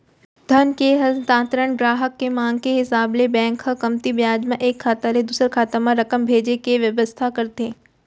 धन के हस्तांतरन गराहक के मांग के हिसाब ले बेंक ह कमती बियाज म एक खाता ले दूसर खाता म रकम भेजे के बेवस्था करथे